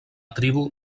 tribu